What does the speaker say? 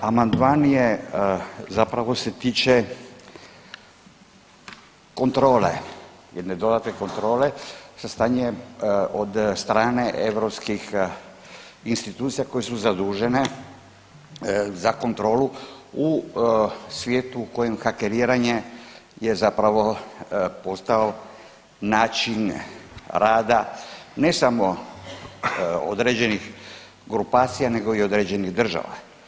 Amandman je zapravo se tiče kontrole, jedne dodatne kontrole sa stanje, od strane europskih institucija koje su zadužene za kontrolu u svijetu u kojem hakeriranje je zapravo postao način rada, ne samo određenih grupacija nego i određenih država.